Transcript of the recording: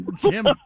Jim